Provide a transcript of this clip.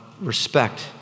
respect